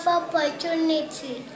opportunity